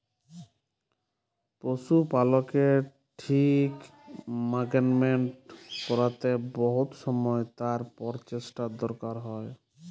পশু পালকের ঠিক মানাগমেন্ট ক্যরতে বহুত সময় আর পরচেষ্টার দরকার হ্যয়